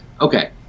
Okay